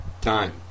time